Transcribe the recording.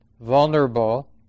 vulnerable